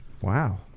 Wow